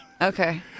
Okay